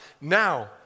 Now